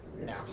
No